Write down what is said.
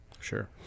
Sure